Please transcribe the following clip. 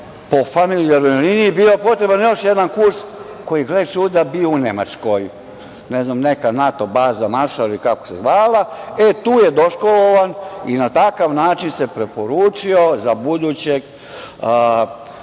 po familijarnoj liniji, bio je potreban još jedan kurs koji je, gle čuda, bio u Nemačkoj. Ne znam neka NATO baza ili kako se zvala. E, tu je doškolovan i na takav način se preporučio za budućeg